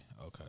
okay